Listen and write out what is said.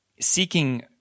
seeking